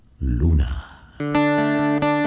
Luna